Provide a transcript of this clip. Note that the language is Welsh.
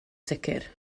sicr